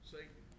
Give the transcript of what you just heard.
Satan